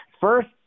First